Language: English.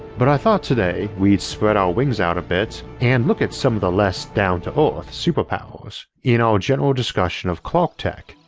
but i thought today we'd spread our wings out a bit and look at some of the less down to earth superpowers, in our general discussion of clarketech,